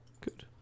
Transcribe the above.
good